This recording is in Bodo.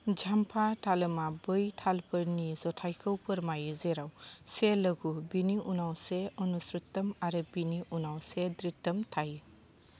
झाम्पा तालमआ बै तालफोरनि जथायखौ फोरमायो जेराव से लघु बिनि उनाव से अनुश्रुतम् आरो बिनि उनाव से धृतम् थायो